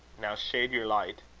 now shade your light.